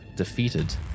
Defeated